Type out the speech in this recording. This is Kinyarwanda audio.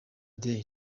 day